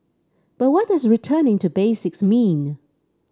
but what does returning to basics mean